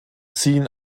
ziehen